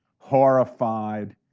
horrified,